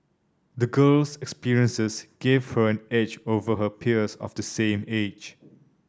the girl's experiences gave her an edge over her peers of the same age